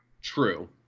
True